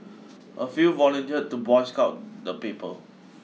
a few volunteered to boycott the paper